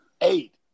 eight